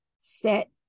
set